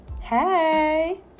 Hey